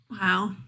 Wow